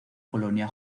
colonia